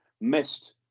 missed